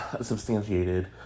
substantiated